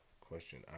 Question